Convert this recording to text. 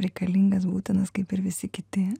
reikalingas būtinas kaip ir visi kiti